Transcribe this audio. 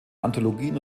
anthologien